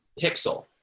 pixel